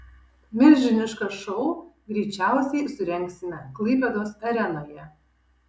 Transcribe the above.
milžinišką šou greičiausiai surengsime klaipėdos arenoje